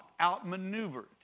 outmaneuvered